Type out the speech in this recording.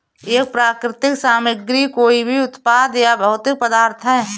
एक प्राकृतिक सामग्री कोई भी उत्पाद या भौतिक पदार्थ है